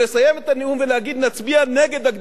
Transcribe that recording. נצביע נגד הגדלת הגירעון ב-3%.